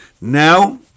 Now